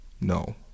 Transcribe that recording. no